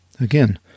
Again